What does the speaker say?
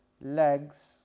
legs